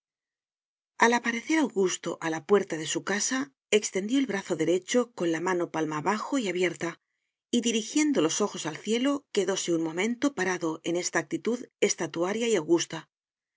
al aparecer augusto a la puerta de su casa extendió el brazo derecho con la mano palma abajo y abierta y dirigiendo los ojos al cielo quedóse un momento parado en esta actitud estatuaria y augusta